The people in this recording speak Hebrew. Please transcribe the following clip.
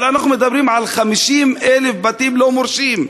אבל אנחנו מדברים על 50,000 בתים לא-מורשים.